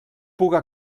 puga